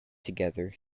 together